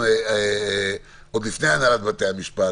רח"ט כליאה מסרה לנו